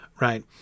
right